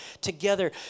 together